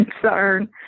concern